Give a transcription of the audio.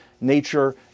nature